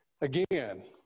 again